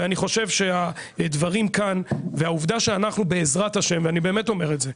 ואני חושב שהדברים כאן והעובדה שאנחנו בעזרת השם ואני באמת אומר את זה,